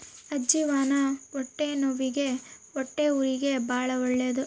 ಅಜ್ಜಿವಾನ ಹೊಟ್ಟೆನವ್ವಿಗೆ ಹೊಟ್ಟೆಹುರಿಗೆ ಬಾಳ ಒಳ್ಳೆದು